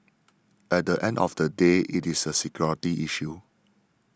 at the end of the day it is a security issue